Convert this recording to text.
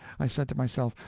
i said to myself,